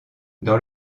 dans